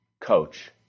coach